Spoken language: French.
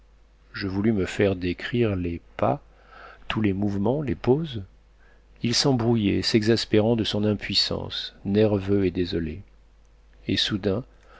je voulus me faire décrire les pas tous les mouvements les posés il s'embrouillait s'exaspérant de son impuissance nerveux et désolé et soudain